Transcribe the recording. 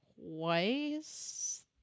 Twice